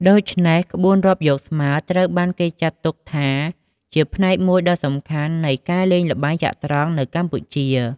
ដូច្នេះ ក្បួនរាប់យកស្មើត្រូវបានគេចាត់ទុកថាជាផ្នែកមួយដ៏សំខាន់នៃការលេងល្បែងចត្រង្គនៅកម្ពុជា។